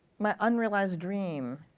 my unrealized dream,